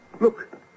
look